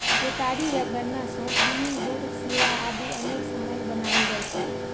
केतारी या गन्ना सं चीनी, गुड़, शीरा आदि अनेक सामान बनाएल जाइ छै